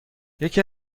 یکی